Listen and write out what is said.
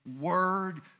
word